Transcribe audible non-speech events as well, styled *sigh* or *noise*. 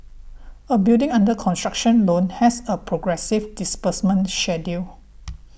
a building under construction loan has a progressive disbursement *unintelligible*